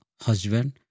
husband